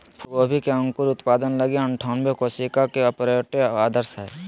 फूलगोभी के अंकुर उत्पादन लगी अनठानबे कोशिका के प्रोट्रे आदर्श हइ